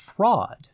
Fraud